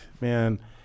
man